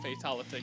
fatality